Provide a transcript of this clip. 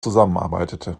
zusammenarbeitete